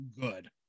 good